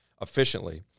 efficiently